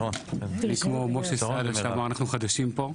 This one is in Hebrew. כמו שמשה סעדה אמר, אנחנו חדשים פה.